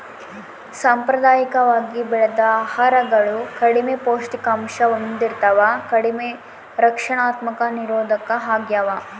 ಸಾಂಪ್ರದಾಯಿಕವಾಗಿ ಬೆಳೆದ ಆಹಾರಗಳು ಕಡಿಮೆ ಪೌಷ್ಟಿಕಾಂಶ ಹೊಂದಿರ್ತವ ಕಡಿಮೆ ರಕ್ಷಣಾತ್ಮಕ ನಿರೋಧಕ ಆಗ್ಯವ